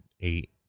eight